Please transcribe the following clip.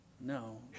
No